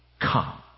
come